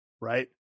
Right